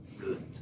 good